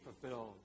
fulfilled